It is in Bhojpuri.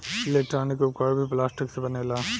इलेक्ट्रानिक उपकरण भी प्लास्टिक से बनेला